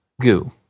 goo